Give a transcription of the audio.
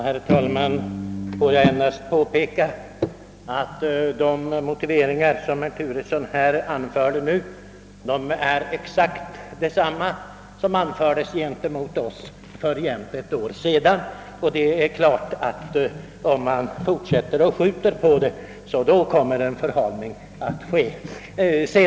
Herr talman! Låt mig endast påpeka att de motiveringar, som herr Turesson nu förde fram, är exakt desamma som de vilka anfördes mot oss för jämnt ett år sedan. Om man fortsätter med att skjuta på frågan, kommer självfallet en förhalning att bli följden.